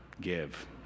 Give